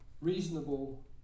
reasonable